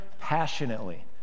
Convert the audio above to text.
passionately